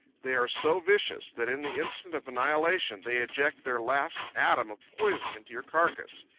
they are so vicious that in the instant of annihilation they eject their last atom of poison into your carcass.